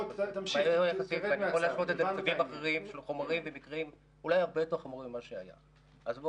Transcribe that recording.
תמשיך, תרד מהצו, הבנו את העניין.